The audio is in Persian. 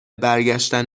برگشتن